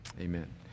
amen